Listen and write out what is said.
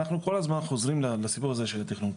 אנחנו כל הזמן חוזרים לסיפור הזה של התכנון.